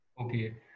Okay